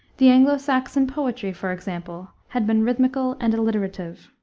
the anglo-saxon poetry, for example, had been rhythmical and alliterative.